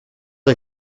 les